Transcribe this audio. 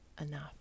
enough